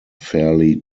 fairly